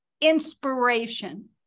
inspiration